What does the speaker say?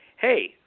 Hey